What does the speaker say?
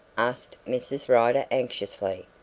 asked mrs. rider anxiously.